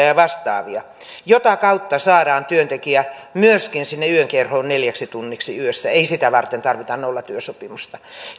ja vastaavia joiden kautta saadaan työntekijä myöskin sinne yökerhoon neljäksi tunniksi yössä ei sitä varten tarvita nollatyösopimusta